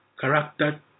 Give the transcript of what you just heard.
character